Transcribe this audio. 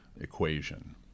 equation